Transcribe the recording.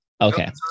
Okay